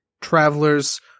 Travelers